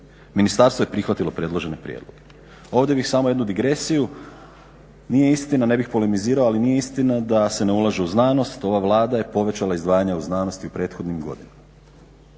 Ministarstvo je prihvatilo predložene prijedloge. Ovdje bih samo jednu digresiju. Nije istina, ne bih polemizirao ali nije istina da se ne ulaže u znanost. Ova Vlada je povećala izdvajanje u znanost i u prethodnim godinama.